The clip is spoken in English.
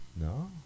No